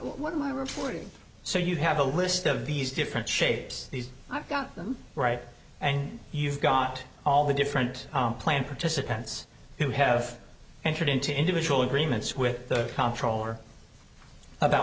what my reporting so you have a list of these different shapes these i've got them right and you've got all the different plan participants who have entered into individual agreements with the comptroller about